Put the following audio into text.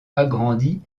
agrandi